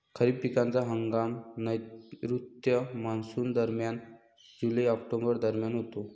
खरीप पिकांचा हंगाम नैऋत्य मॉन्सूनदरम्यान जुलै ऑक्टोबर दरम्यान होतो